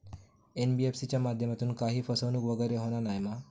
NBFC च्या माध्यमातून काही फसवणूक वगैरे होना नाय मा?